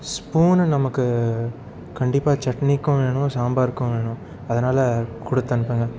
spoon நமக்கு கண்டிப்பாக சட்னிக்கும் வேணும் சாம்பாருக்கும் வேணும் அதனால கொடுத்து அனுப்புங்க